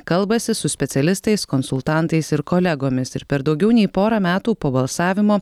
kalbasi su specialistais konsultantais ir kolegomis ir per daugiau nei porą metų po balsavimo